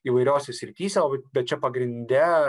įvairiose srityse bet čia pagrinde